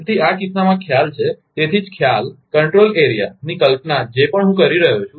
તેથી આ કિસ્સામાં ખ્યાલ છે તેથી જ ખ્યાલ કંટ્રોલ એરિયાની કલ્પના જે પણ હું કહી રહ્યો છું